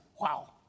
wow